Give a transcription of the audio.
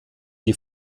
die